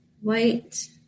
white